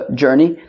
journey